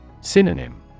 Synonym